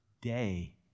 day